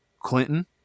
Clinton